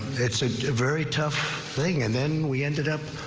it's a very tough thing and then we ended up.